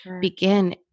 begin